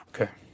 Okay